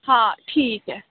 हाँ ठीक है